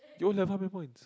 your own have how many points